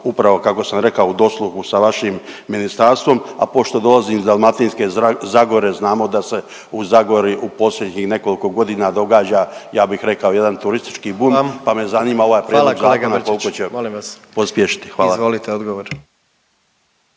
Upravo kako sam rekao u dosluhu sa vašim ministarstvom, a pošto dolazim iz Dalmatinske zagore, znamo da se u zagori u posljednjih nekoliko godina događa, ja bih rekao jedan turistički bum …/Upadica predsjednik: Hvala vam./… pa me zanima ovaj